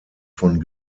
von